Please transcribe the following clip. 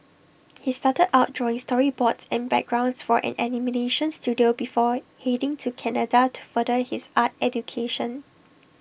he started out drawing storyboards and backgrounds for an animation Studio before heading to Canada to further his art education